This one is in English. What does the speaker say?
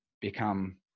become